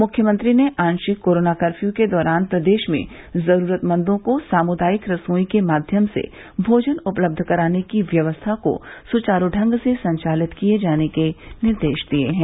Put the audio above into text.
मुख्यमंत्री ने आशिक कोरोना कर्फ्यू के दौरान प्रदेश में जरूरतमंदों को सामुदायिक रसोई के माध्यम से भोजन उपलब्ध कराने की व्यवस्था को सुचारू ढंग से संचालित किये जाने के निर्देश दिये हैं